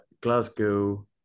Glasgow